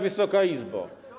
Wysoka Izbo!